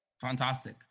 Fantastic